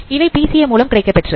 இவை பிசிஏ மூலம் கிடைக்கப்பெற்றது